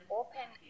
open